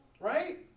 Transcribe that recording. Right